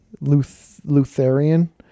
Lutheran